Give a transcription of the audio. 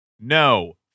no